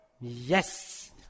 yes